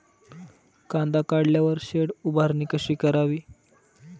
कांदा काढल्यावर शेड उभारणी कशी करावी?